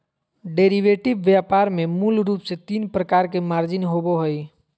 derivative व्यापार में मूल रूप से तीन प्रकार के मार्जिन होबो हइ